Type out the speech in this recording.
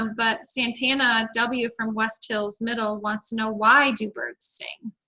but santana w. from west hills middle wants to know why do birds sing?